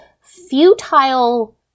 futile